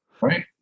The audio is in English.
Right